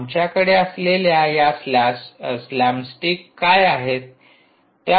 आमच्याकडे असलेल्या या स्लॅम स्टिक काय आहेत